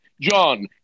John